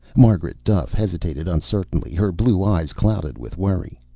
margaret duffe hesitated uncertainly, her blue eyes clouded with worry.